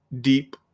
deep